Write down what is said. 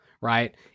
right